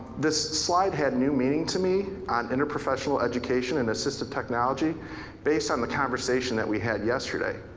this slide had new meaning to me on interprofessional education in assistive technology based on the conversation that we had yesterday.